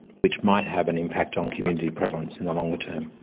which might have an impact on community prevalence in the longer term.